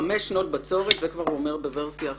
"חמש שנות בצורת זה הוא אומר בוורסיה אחרת,